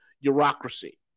bureaucracy